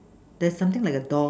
that's something like a doll